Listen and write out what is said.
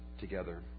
together